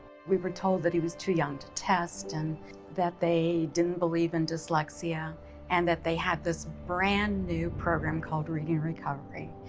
we were told that he was too young to test and that they didn't believe in dyslexia and that they had this brand new program called reading recovery,